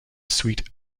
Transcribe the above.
suite